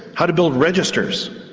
how to build registers,